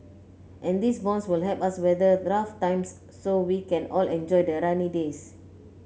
and these bonds will help us weather rough times so we can all enjoy the sunny days